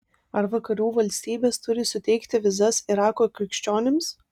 ar vakarų valstybės turi suteikti vizas irako krikščionims